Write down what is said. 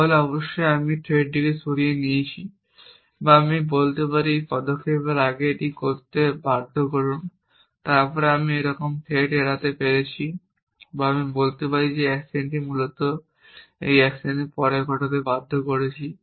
তাহলে অবশ্যই আমি থ্রেডটি সরিয়ে দিয়েছি বা আমি বলতে পারি এই পদক্ষেপের আগে এটি ঘটতে বাধ্য করুন। তারপরও আমি একরকম থ্রেড এড়াতে পেরেছি বা আমি বলতে পারি যে এই অ্যাকশনটি মূলত এই অ্যাকশনের পরে ঘটতে বাধ্য করেছি